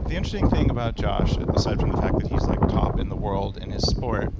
the interesting thing about josh, aside from the fact that he's like top in the world in his sport,